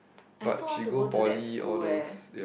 I also want to go to that school eh